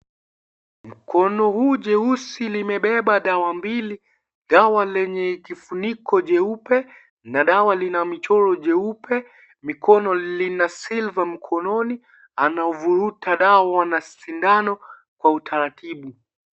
Mkono huu jeusi limebeba dawa mbili, dawa lenye kifuniko jeupe na dawa lina mchoro jeupe, mikono lina silva mkononi anauvuruta dawa kwa sindano kwa utaratibu.